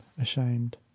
ashamed